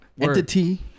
Entity